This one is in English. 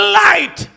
light